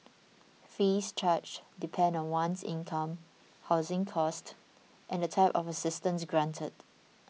fees charged depend on one's income housing cost and the type of assistance granted